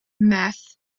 meth